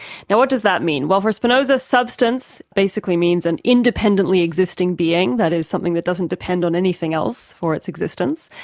now what does that mean? well for spinoza, substance basically means an independently existing being, that is something that doesn't depend on anything else for its existence,